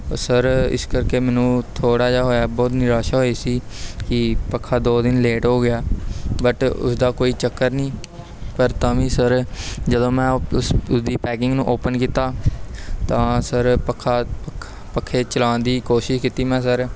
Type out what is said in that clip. sir ਇਸ ਕਰਕੇ ਮੈਨੂੰ ਥੋੜ੍ਹਾ ਜਿਹਾ ਹੋਇਆ ਬਹੁਤ ਨਿਰਾਸ਼ਾ ਹੋਈ ਸੀ ਕਿ ਪੱਖਾ ਦੋ ਦਿਨ ਲੇਟ ਹੋ ਗਿਆ ਬਟ ਉਸਦਾ ਕੋਈ ਚੱਕਰ ਨਹੀਂ ਪਰ ਤਾਂ ਵੀ ਸਰ ਜਦੋਂ ਮੈਂ ਉਸ ਉਹਦੀ ਪੈਕਿੰਗ ਨੂੰ ਓਪਨ ਕੀਤਾ ਤਾਂ ਸਰ ਪੱਖਾ ਪੱਖੇ ਚਲਾਉਣ ਦੀ ਕੋਸ਼ਿਸ਼ ਕੀਤੀ ਮੈਂ ਸਰ